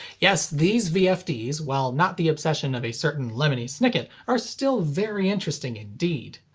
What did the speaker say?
yes, these vfds, while not the obsession of a certain lemony snicket, are still very interesting indeed.